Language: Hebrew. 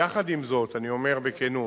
יחד עם זאת, אני אומר בכנות